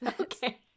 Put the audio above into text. okay